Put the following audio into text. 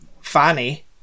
fanny